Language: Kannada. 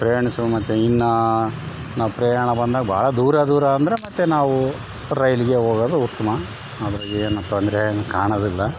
ಪ್ರಯಾಣಿಸು ಮತ್ತು ಇನ್ನ ನಾವು ಪ್ರಯಾಣ ಬಂದಾಗ ಭಾಳ ದೂರ ದೂರ ಅಂದ್ರೆ ಮತ್ತು ನಾವು ರೈಲ್ಗೆ ಹೋಗೋದು ಉತ್ತ್ಮ ಅದ್ರಾಗೇನು ತೊಂದರೆ ಏನು ಕಾಣದಿಲ್ಲ